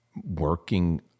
working